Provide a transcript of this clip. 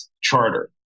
charter